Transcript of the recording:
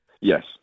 Yes